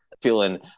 Feeling